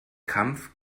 kampf